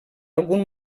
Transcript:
algun